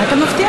מה אתה מבטיח?